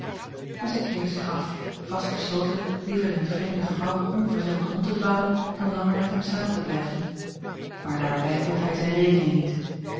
en zij keerde zich af vast besloten liever in het vreemde gebouw onverzeld rond te dwalen dan langer met hem samen te blijven maar daarbij vond hij zijne rekening niet